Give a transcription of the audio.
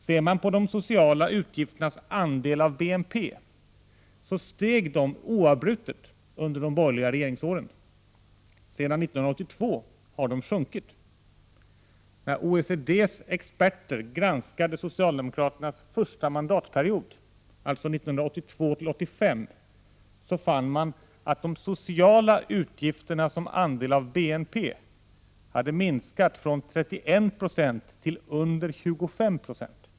Ser man på de sociala utgifternas andel av BNP finner man att de steg oavbrutet under de borgerliga regeringsåren. Sedan 1982 har de sjunkit. När OECD:s experter granskade socialdemokraternas mandatperiod 1982-1985 fann de att de sociala utgifterna som andel av BNP hade minskat från 31 96 till 27,5 9.